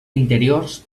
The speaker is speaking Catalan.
interiors